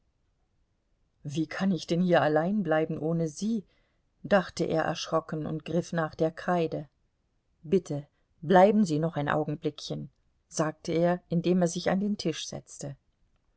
wie kann ich denn hier allein bleiben ohne sie dachte er erschrocken und griff nach der kreide bitte bleiben sie noch ein augenblickchen sagte er indem er sich an den tisch setzte